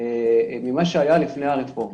ממה שהיה לפני הרפורמה.